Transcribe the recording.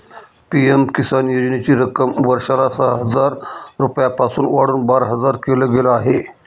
PM Kisan योजनेची रक्कम वर्षाला सहा हजार रुपयांपासून वाढवून बारा हजार केल गेलं आहे